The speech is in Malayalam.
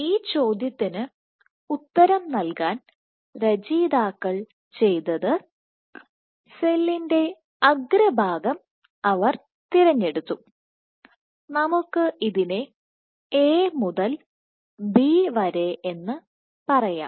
ഈ ചോദ്യത്തിന് ഉത്തരം നൽകാൻ രചയിതാക്കൾ ചെയ്തത് സെല്ലിന്റെ അഗ്രഭാഗം അവർ തിരഞ്ഞെടുത്തു നമുക്ക് ഇതിനെ A മുതൽ B വരെ എന്ന് പറയാം